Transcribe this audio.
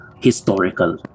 historical